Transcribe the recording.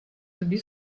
тобі